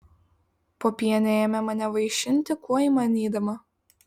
popienė ėmė mane vaišinti kuo įmanydama